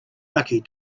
lucky